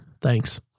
Thanks